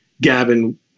Gavin